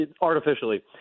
artificially